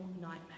nightmare